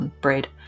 braid